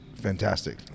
Fantastic